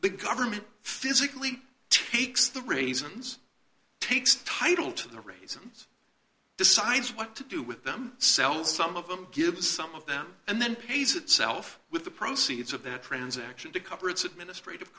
big government physically takes the raisins takes title to the raisins decides what to do with them sells some of them gives some of them and then pays itself with the proceeds of that transaction to cover its administrati